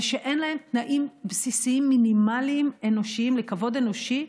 שאין להם תנאים בסיסיים מינימליים אנושיים של כבוד אנושי,